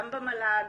גם במל"ג,